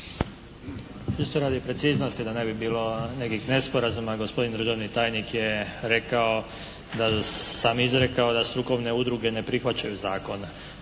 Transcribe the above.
Isto radi preciznosti da ne bi bilo nekih nesporazuma gospodin državni tajnik je rekao da sam izrekao da strukovne udruge ne prihvaćaju zakone.